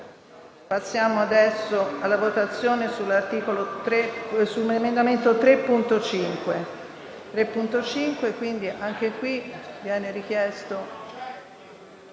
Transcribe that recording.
Passiamo alla votazione dell'emendamento 3.3.